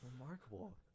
remarkable